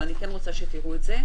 אבל אני רוצה שתראו את זה.